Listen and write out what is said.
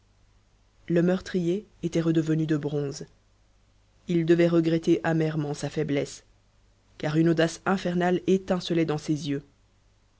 le meurtrier était redevenu de bronze il devait regretter amèrement sa faiblesse car une audace infernale étincelait dans ses yeux